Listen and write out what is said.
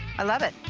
i love it.